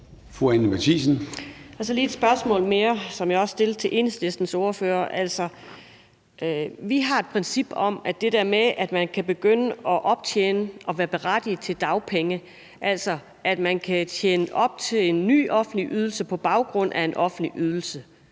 Anni Matthiesen (V): Jeg har lige et spørgsmål mere, som jeg også stillede til Enhedslistens ordfører. Det her handler om, at man kan begynde at optjene og være berettiget til dagpenge, altså at man kan tjene op til en ny offentlig ydelse på baggrund af en anden offentlig ydelse,